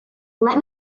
let